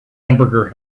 hamburger